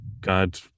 god